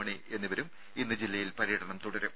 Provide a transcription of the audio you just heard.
മണി എന്നിവരും ഇന്ന് ജില്ലയിൽ പര്യടനം തുടരും